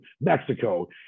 Mexico